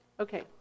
Okay